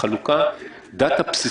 דאטה בסיסית.